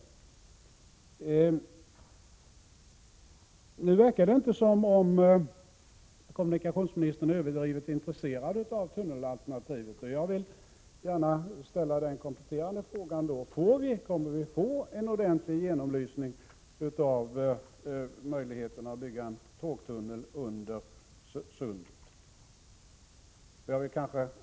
Det verkar inte som om kommunikationsministern är överdrivet intresserad av tunnelalternativet, och jag vill gärna ställa den kompletterande frågan: Kommer vi att få en ordentlig genomlysning av möjligheterna att bygga en tågtunnel under Öresund?